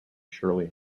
shirley